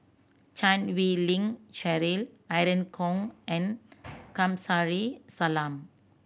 Chan Wei Ling Cheryl Irene Khong and Kamsari Salam